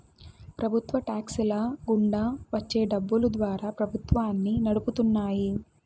ప్రభుత్వ టాక్స్ ల గుండా వచ్చే డబ్బులు ద్వారా ప్రభుత్వాన్ని నడుపుతున్నాయి